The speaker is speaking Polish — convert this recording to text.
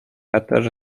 eter